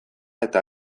eta